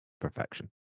perfection